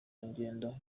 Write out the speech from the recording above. ngendo